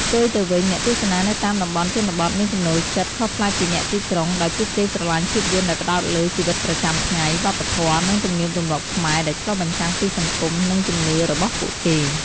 ផ្ទុយទៅវិញ អ្នកទស្សនានៅតាមតំបន់ជនបទមានចំណូលចិត្តខុសប្លែកពីអ្នកទីក្រុង ដោយពួកគេស្រឡាញ់ភាពយន្តដែលផ្ដោតលើ ជីវិតប្រចាំថ្ងៃ វប្បធម៌ និងទំនៀមទម្លាប់ខ្មែរ ដែលឆ្លុះបញ្ចាំងពីសង្គម និងជំនឿរបស់ពួកគេ។